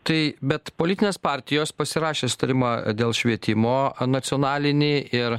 tai bet politinės partijos pasirašė sutarimą dėl švietimo nacionalinį ir